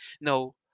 No